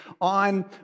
on